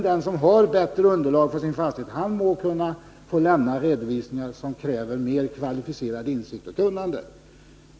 Den som har bättre underlag för sin fastighet må lämna redovisningar som kräver ett mer kvalificerat kunnande.